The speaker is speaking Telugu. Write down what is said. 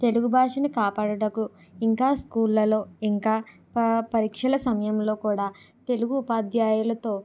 తెలుగు భాషని కాపాడుటకు ఇంకా స్కూల్లలో ఇంకా పరీక్షల సమయంలో కూడా తెలుగు ఉపాధ్యాయులతో